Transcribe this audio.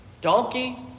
donkey